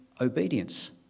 obedience